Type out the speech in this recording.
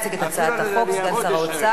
יציג את הצעת החוק סגן שר האוצר,